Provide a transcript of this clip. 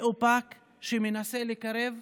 מאופק, שמנסה לקרב,